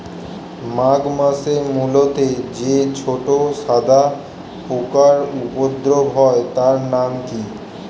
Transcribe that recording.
মাঘ মাসে মূলোতে যে ছোট সাদা পোকার উপদ্রব হয় তার নাম কি?